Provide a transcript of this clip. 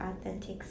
authentic